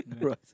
right